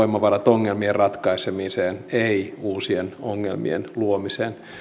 voimavarat ongelmien ratkaisemiseen ei uusien ongelmien luomiseen